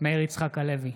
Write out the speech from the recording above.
מאיר יצחק הלוי,